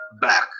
back